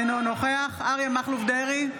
אינו נוכח אריה מכלוף דרעי,